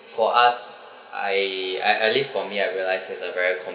for us I I at least for me I realise is a very